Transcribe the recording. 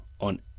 on